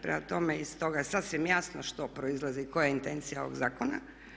Prema tome iz toga je sasvim jasno što proizlazi, koja je intencija ovog zakona.